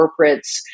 corporates